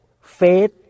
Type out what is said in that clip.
faith